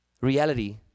reality